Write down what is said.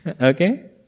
Okay